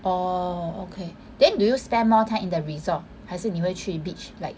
orh okay then do you spend more time in the resort 还是你会去 beach like